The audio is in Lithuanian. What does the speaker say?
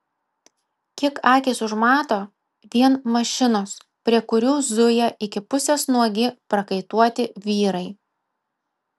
kiek akys užmato vien mašinos prie kurių zuja iki pusės nuogi prakaituoti vyrai